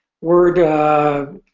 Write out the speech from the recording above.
word